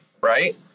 right